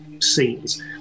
scenes